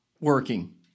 working